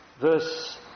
verse